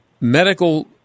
medical